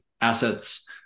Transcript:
assets